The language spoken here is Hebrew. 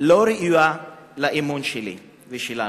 לא ראויה לאמון שלי ושלנו.